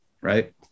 right